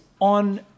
on